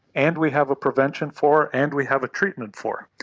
and we have a prevention for and we have a treatment for.